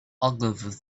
ogilvy